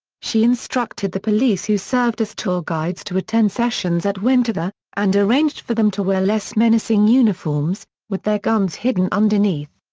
she instructed the police who served as tour guides to attend sessions at winterthur, and arranged for them to wear less menacing uniforms, with their guns hidden underneath.